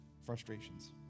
frustrations